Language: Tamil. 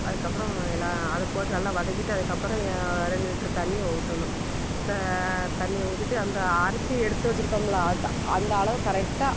அதுக்கு அப்புறம் எல்லாம் அதை போட்டு நல்லா வதைக்கிட்டு அதுக்கு அப்புறம் ரெண்டு லிட்ரு தண்ணியை ஊற்றணும் த தண்ணியை ஊற்றிட்டு அந்த அரிசியை எடுத்து வச்சிருக்கோம்ல அது அந்த அளவு கரெக்டாக